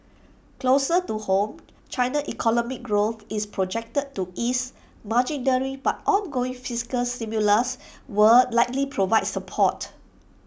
closer to home China's economic growth is projected to ease marginally but ongoing fiscal stimulus will likely provide support